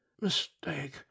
Mistake